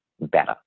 better